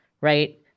right